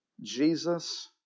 Jesus